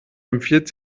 empfiehlt